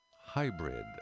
Hybrid